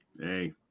Hey